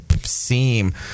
seem